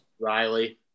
Riley